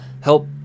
help